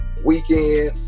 Weekend